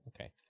Okay